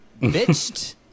bitched